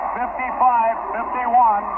55-51